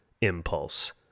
impulse